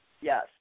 yes